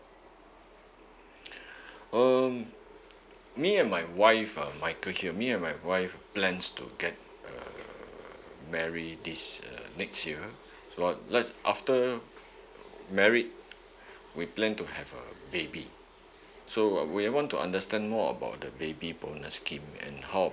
um me and my wife uh michael here me and my wife plans to get uh marry this uh next year so I'll let's after married we plan to have a baby so uh we want to understand more about the baby bonus scheme and how